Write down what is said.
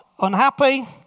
Unhappy